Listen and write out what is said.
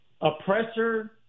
oppressor